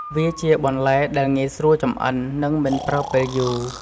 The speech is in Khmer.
វាជាបន្លែដែលងាយស្រួលចម្អិន និងមិនប្រើពេលយូរ។